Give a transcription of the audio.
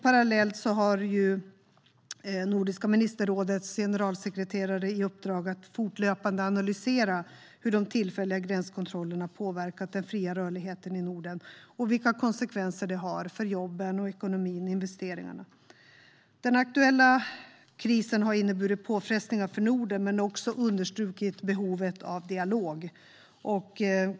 Parallellt har Nordiska ministerrådets generalsekreterare i uppdrag att fortlöpande analysera hur de tillfälliga gränskontrollerna påverkat den fria rörligheten i Norden samt vilka konsekvenser detta har för bland annat jobben, ekonomin och investeringar. Den aktuella krisen har inneburit påfrestningar för Norden men också understrukit behovet av dialog.